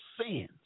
sins